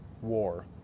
war